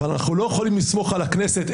אבל אנחנו לא יכולים לסמוך על הכנסת,